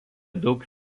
daug